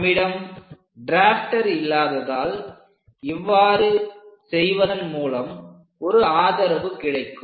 நம்மிடம் ட்ராப்ட்டர் இல்லாததால் இவ்வாறு செய்வதன் மூலம் ஒரு ஆதரவு கிடைக்கும்